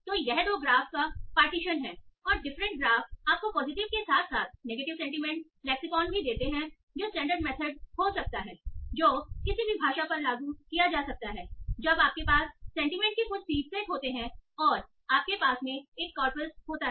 तो यह दो ग्राफ का पार्टीशन है और डिफरेंट ग्राफ आपको पॉजिटिव के साथ साथ नेगेटिव सेंटीमेंट लेक्सिकॉन भी देते हैं जो स्टैंडर्ड मेथड हो सकता है जो किसी भी भाषा पर लागू किया जा सकता है जब आपके पास सेंटीमेंट के कुछ सीड सेट होते हैं और आपके पास में एक कॉरपस होता है